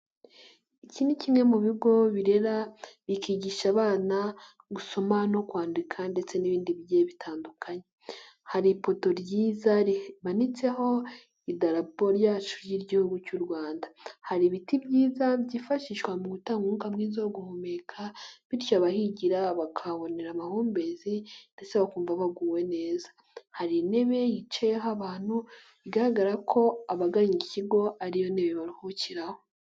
Iki ni kimwe mu bigo birera bikigisha abana gusoma no kwandika ndetse n'ibindi bi bitandukanye, hari ipoto ryiza rimanitseho idarapo yacu ry'Igihugu cy'u Rwanda, hari ibiti byiza byifashishwa mu gutanga umwuka mwiza wo guhumeka bityo abahigira bakabonera amahumbezi ndetse bakumva baguwe neza, hari intebe yicayeho abantu bigaragara ko abagana iki kigo ari yo ntebe baruhukiraho.